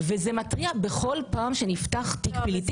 וזה מתריע בכל פעם כשנפתח תיק, או